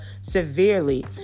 severely